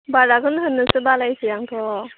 बादाखौनो होनो बालायसै आंथ'